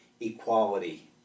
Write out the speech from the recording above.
equality